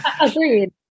Agreed